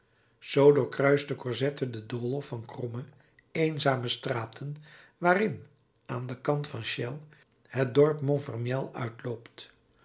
doorkruiste cosette den doolhof van kromme eenzame straten waarin aan den kant van chelles het dorp montfermeil uitloopt